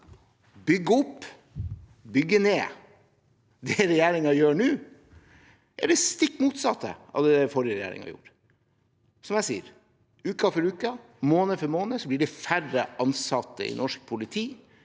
bygge opp – bygge ned. Det regjeringen gjør nå, er det stikk motsatte av det den forrige regjeringen gjorde. Som jeg sier, blir det uke for uke, måned for måned færre ansatte i norsk politi.